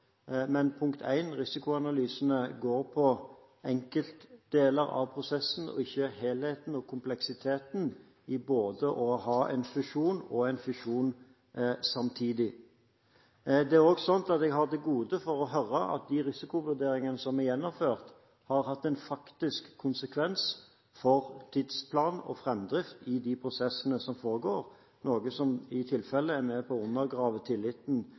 men for det første: Risikoanalysene går på enkeltdeler av prosessen og ikke på helheten og kompleksiteten i det å ha både en fusjon og en fisjon samtidig. Jeg har til gode å høre at de risikovurderingene som er gjennomført, har hatt en faktisk konsekvens for tidsplanen og framdriften i de prosessene som foregår, noe som i tilfelle er med på å undergrave tilliten